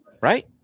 right